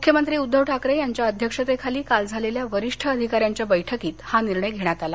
मुख्यमंत्री उद्दव ठाकरे यांच्या अध्यक्षतेखाली काल झालेल्या वरिष्ठ अधिकाऱ्यांच्या बैठकीत हा निर्णय घेण्यात आला